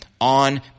on